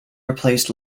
replaced